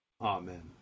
Amen